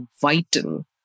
vital